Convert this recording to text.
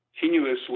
continuously